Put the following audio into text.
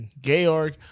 Georg